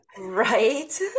Right